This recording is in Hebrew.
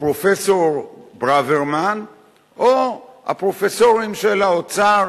הפרופסור ברוורמן או הפרופסורים של האוצר,